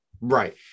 right